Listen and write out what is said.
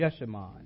Jeshimon